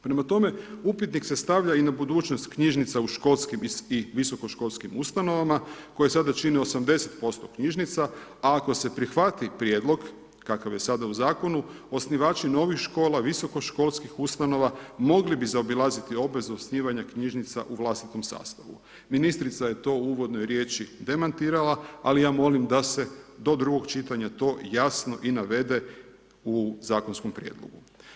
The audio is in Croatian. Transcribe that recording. Prema tome upitnik se stavlja i na budućnost knjižnica u školskim i visokoškolskim ustanovama koje sada čine 80% knjižnica, a ako se prihvati prijedlog kakav je sada u zakonu, osnivači novih škola, visokoškolskih ustanova mogli bi zaobilaziti obvezu osnivanja knjižnica u vlastitom sastavu, ministrica je to u uvodnoj riječi demantirala, ali ja molim da se do drugog čitanja to jasno i navede u zakonskom prijedlogu.